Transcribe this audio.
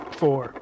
four